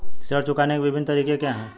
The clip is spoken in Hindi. ऋण चुकाने के विभिन्न तरीके क्या हैं?